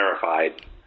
terrified